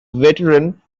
veteran